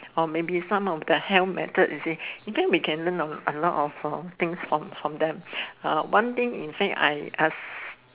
or maybe some of the hell method you see you can learn a lot of things from them one thing inside I ask